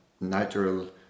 natural